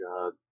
God